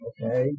Okay